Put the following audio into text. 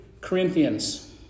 Corinthians